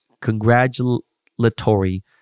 congratulatory